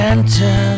Enter